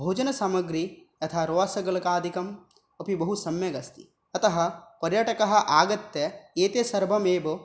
भोजनसामग्री यथा रसगोलकादिकम् अपि बहुसम्यक् अस्ति अतः पर्यटकः आगत्य एते सर्वम् एव